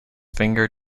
finger